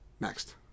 Next